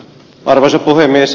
arvoisa puhemies